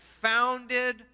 founded